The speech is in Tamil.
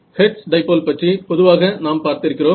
ஹெர்ட்ஸ் டைபோல் பற்றி பொதுவாக நாம் பார்த்திருக்கிறோம்